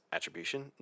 Attribution